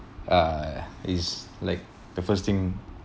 uh is like the first thing